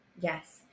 Yes